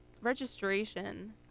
Registration